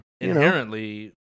inherently